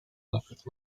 naszych